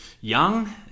young